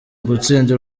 gutsinda